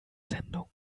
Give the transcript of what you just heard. sendung